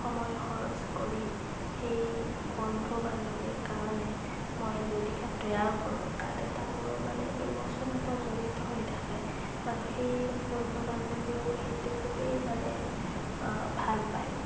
সময় খৰচ কৰি সেই বন্ধু বান্ধৱীৰ কাৰণে মই যদিহে তৈয়াৰ কৰোঁ তাত এটা মোৰ মানে ইম'শ্যন এটা জড়িত হৈ থাকে আৰু সেই বন্ধু বান্ধৱীয়েও সেইটো খুবেই মানে ভাল পায়